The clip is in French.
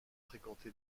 fréquenté